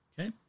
Okay